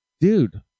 dude